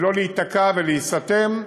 ולא להיתקע ולהיסתם.